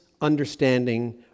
understanding